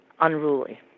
unruly